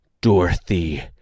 Dorothy